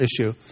issue